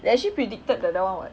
they actually predicted the that one [what]